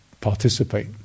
participate